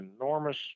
enormous